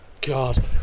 God